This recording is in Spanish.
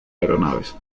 aeronaves